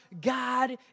God